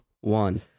one